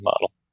model